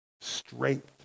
Strength